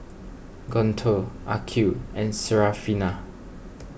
Guntur Aqil and Syarafina